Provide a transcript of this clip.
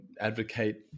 advocate